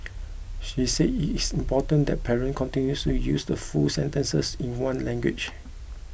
she said it is important that parents continue to use full sentences in one language